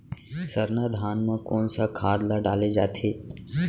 सरना धान म कोन सा खाद ला डाले जाथे?